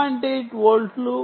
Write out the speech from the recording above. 8 వోల్ట్లు 3